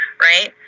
right